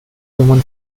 human